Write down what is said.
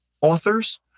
authors